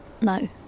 No